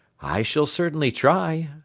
i shall certainly try,